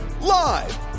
Live